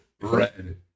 red